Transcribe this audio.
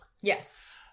Yes